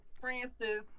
Francis